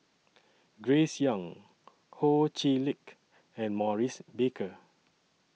Grace Young Ho Chee Lick and Maurice Baker